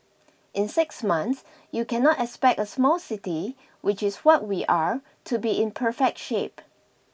in six months you cannot expect a small city which is what we are to be in perfect shape